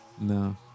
No